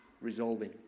resolving